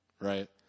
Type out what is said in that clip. Right